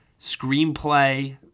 screenplay